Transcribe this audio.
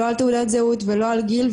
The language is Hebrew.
לא על תעודת זהות ולא על גיל.